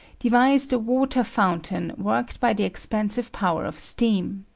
devised a water fountain worked by the expansive power of steam.